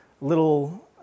little